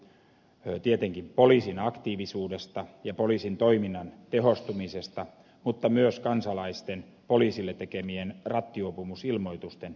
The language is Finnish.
kasvu johtuu tietenkin poliisin aktiivisuudesta ja poliisin toiminnan tehostumisesta mutta myös kansalaisten poliisille tekemien rattijuopumusilmoitusten lisääntymisestä